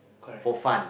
correct